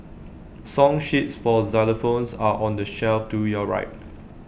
song sheets for xylophones are on the shelf to your right